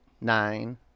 nine